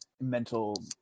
mental